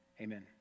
amen